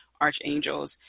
archangels